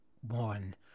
one